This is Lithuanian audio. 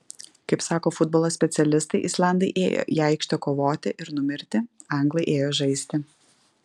kaip sako futbolo specialistai islandai ėjo į aikštę kovoti ir numirti anglai ėjo žaisti